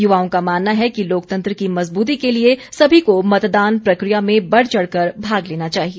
युवाओं का मानना है कि लोकतंत्र की मज़बूती के लिए सभी को मतदान प्रक्रिया में बढ़चढ़ कर भाग लेना चाहिए